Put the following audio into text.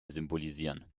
symbolisieren